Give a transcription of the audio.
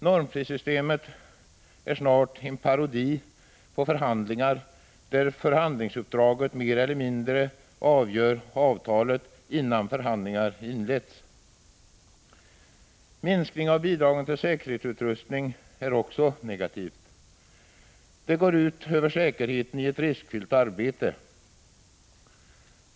Normprissystemet är snart en parodi på förhandlingar, där förhandlingsuppdraget mer eller mindre avgör avtalet innan förhandlingar inletts. Minskning av bidragen till säkerhetsutrustning är också någonting negativt, för det går ut över säkerheten i ett riskfyllt arbete.